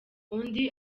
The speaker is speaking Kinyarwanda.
undi